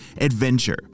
adventure